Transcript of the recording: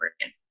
again